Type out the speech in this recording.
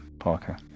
Parker